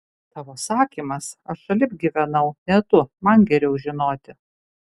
tavo sakymas aš šalip gyvenau ne tu man geriau žinoti